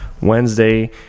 Wednesday